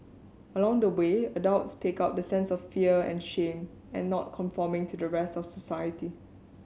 along the way adults pick up the sense of fear and shame at not conforming to the rest of society